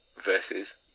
versus